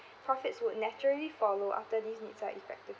profits would naturally follow after this needs are effective